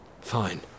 Fine